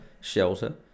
shelter